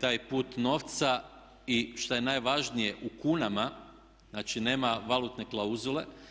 taj put novca i šta je najvažnije, znači nema valutne klauzule.